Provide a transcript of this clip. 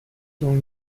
dans